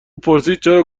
پرسیدچرا